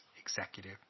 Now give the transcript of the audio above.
executive